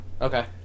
Okay